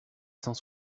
cent